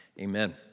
amen